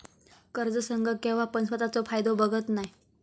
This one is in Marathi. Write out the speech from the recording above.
कर्ज संघ केव्हापण स्वतःचो फायदो बघत नाय